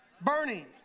Bernie